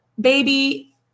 baby